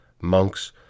Monks